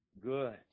good